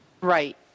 Right